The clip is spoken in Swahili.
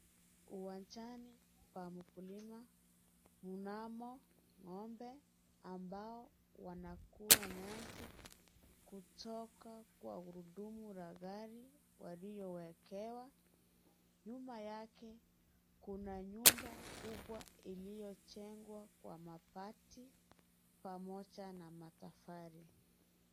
Uwanjani pa mkulima, mnamo ng'ombe ambao wanakula nyasi kutoka kwa gurudumu la gari waliowekewa. Nyuma yake kuna nyumba kubwa iliyojengwa kwa mabati pamoja na matofali.